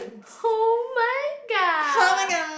oh-my-god